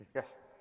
Yes